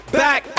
back